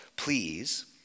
Please